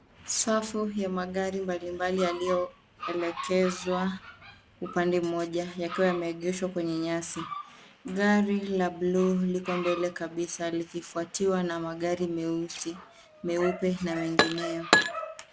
Safu ya magari mbalimbali yaliyoelekezwa upande mmoja yakiwa yameegeshwa kwenye nyasi. Gari la buluu liko mbele kabisa likifuatiwa na magari meusi, meupe na mengineyo.